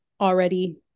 already